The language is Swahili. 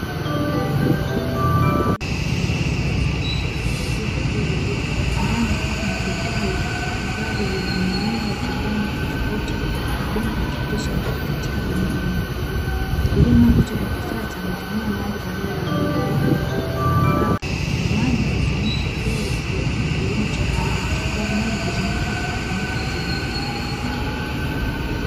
Jengo lililojengwa kwa kisasa na teknolojia ya hali ya juu, ndani kukiwa na vitalu ambavyo vina mimea ya kijani tofauti, na bomba likipitisha maji katika mimea hiyo; kilimo hicho cha kisasa hutumia maji badala ya udongo, ambapo maji hutumika kidogo, kwa sababu maji huzunguka na kutumiwa tena.